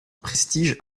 prestige